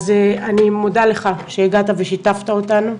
אני מודה לך שהגעת ושיתפת אותנו.